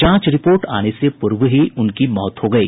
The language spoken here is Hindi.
जांच रिपोर्ट आने से पूर्व ही उनकी मौत हो गयी